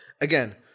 Again